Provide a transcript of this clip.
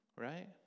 right